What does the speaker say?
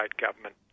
government